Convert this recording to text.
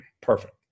perfect